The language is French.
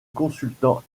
consultants